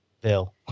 Bill